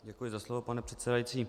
Děkuji za slovo, pane předsedající.